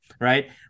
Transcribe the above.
right